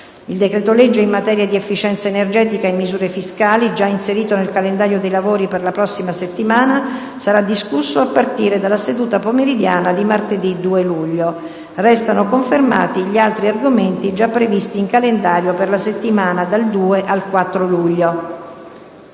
Il decreto-legge in materia di efficienza energetica e misure fiscali, già inserito nel calendario dei lavori per la prossima settimana, sarà discusso a partire dalla seduta pomeridiana di martedì 2 luglio. Restano confermati gli altri argomenti già previsti in calendario per la settimana dal 2 al 4 luglio.